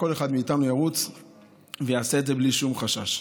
כל אחד מאיתנו ירוץ ויעשה את זה בלי שום חשש.